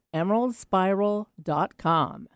emeraldspiral.com